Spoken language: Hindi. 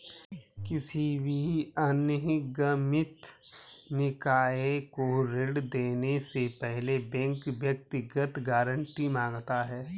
किसी भी अनिगमित निकाय को ऋण देने से पहले बैंक व्यक्तिगत गारंटी माँगता है